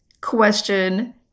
question